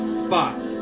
spot